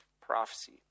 prophecy